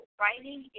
writing